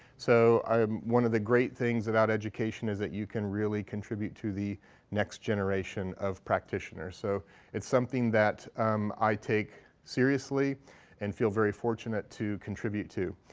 so um one of the great things about education is that you can really contribute to the next generation of practitioners. so it's something that i take seriously and feel very fortunate to contribute to.